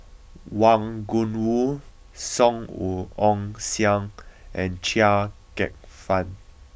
Wang Gungwu Song Ong Siang and Chia Kwek Fah